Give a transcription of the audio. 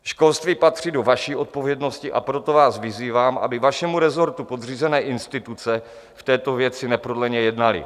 Školství patří do vaší odpovědnosti, a proto vás vyzývám, aby vašemu resortu podřízené instituce v této věci neprodleně jednaly.